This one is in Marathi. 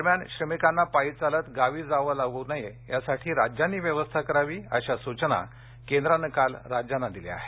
दरम्यान श्रमिकांना पायी चालत गावी जावं लागू नये यासाठी राज्यांनी व्यवस्था करावी अशा सूचना केंद्रानं काल राज्यांना दिल्या आहेत